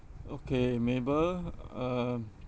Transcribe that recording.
okay mabel um